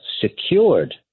secured